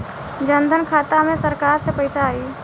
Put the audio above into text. जनधन खाता मे सरकार से पैसा आई?